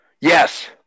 Yes